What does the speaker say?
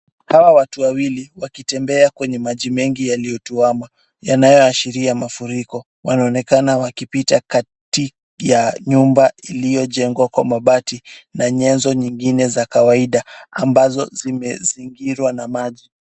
Hawa watu wawili, wakitembea kwenye maji yaliyotuama yanayoashiria mafuriko. Wanaonekana wakipita kati ya nyumba iliyojengwa kwa mabati na nyanzo zingine za kawaida ambazo zimezingirwa na maji.